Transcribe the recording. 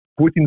Putin